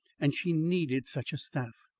and she needed such a staff.